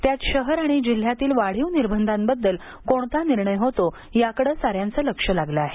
त्यात शहर आणि जिल्ह्यातील वाढीव निर्बंधाबद्दल कोणता निर्णय होतो याकडे साऱ्यांचं लक्ष लागलं आहे